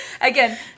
Again